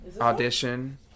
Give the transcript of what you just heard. audition